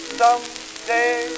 someday